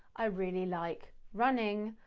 i really like running,